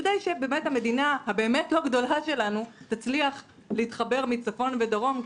כדי שהמדינה הבאמת לא גדולה שלנו תצליח להתחבר מצפון ומדרום.